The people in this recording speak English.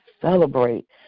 celebrate